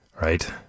Right